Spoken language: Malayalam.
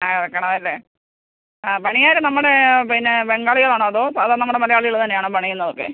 ആ വെക്കണവല്ലേ ആ പണിക്കാർ നമ്മുടെ പിന്നെ ബംഗാളികളാണോ അതോ സാധാ നമ്മുടെ മലയാളികൾ തന്നെയാണോ പണിയുന്നതൊക്കെ